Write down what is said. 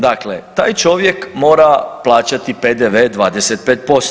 Dakle, taj čovjek mora plaćati PDV-e 25%